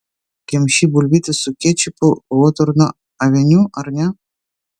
kemši bulvytes su kečupu hotorno aveniu ar ne